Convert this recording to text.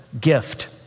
gift